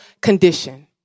condition